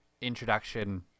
introduction